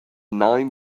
nine